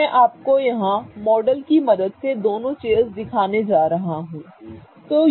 तो मैं आपको मॉडल की मदद से यहां दोनों चेयर्स दिखाने जा रहा हूं ठीक है